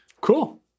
Cool